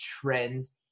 trends